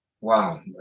wow